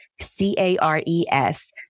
C-A-R-E-S